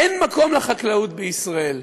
אין מקום לחקלאות בישראל.